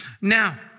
Now